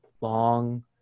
long